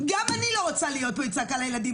ככה היא צעקה לילדים.